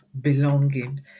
belonging